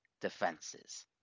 defenses